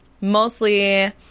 mostly